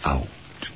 Out